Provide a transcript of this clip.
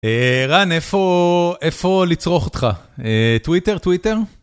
רן, איפה לצרוך אותך? טוויטר? טוויטר?